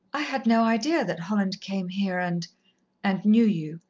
i had no idea that holland came here, and and knew you,